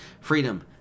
Freedom